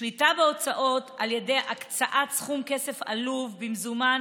שליטה בהוצאות על ידי הקצאת סכום כסף עלוב במזומן